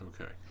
Okay